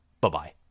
Bye-bye